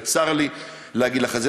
וצר לי לומר לך את זה.